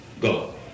go